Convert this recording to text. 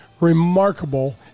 remarkable